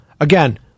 Again